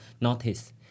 notice